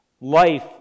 life